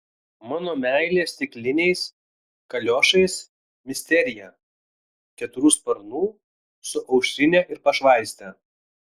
mano meilė stikliniais kaliošais misterija keturių sparnų su aušrine ir pašvaiste